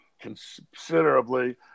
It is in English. considerably